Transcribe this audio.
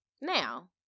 Now